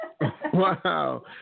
Wow